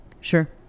Sure